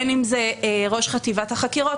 הן אם זה ראש חטיבת החקירות,